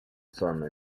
saame